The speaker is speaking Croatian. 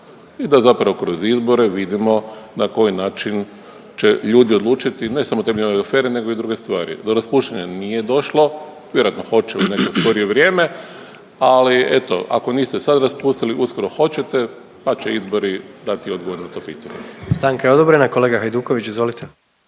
i da zapravo kroz izbore vidimo na koji način će ljudi odlučiti ne samo temeljem ove afere nego i druge stvari. Do raspuštanja nije došlo, vjerojatno hoće u neko skorije vrijeme, ali eto ako niste sad raspustili uskoro hoćete, pa će izbori dati odgovor na to pitanje. **Jandroković, Gordan (HDZ)** Stanka je odobrena. Kolega Hajduković izvolite.